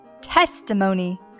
Testimony